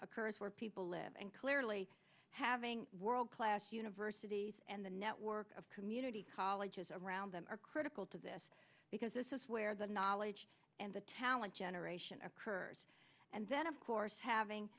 occurs where people live and clearly having world class universities and the network of community colleges around them are critical to this because this is where the knowledge and the talent generation occurs and then of course having